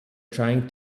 trying